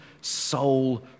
soul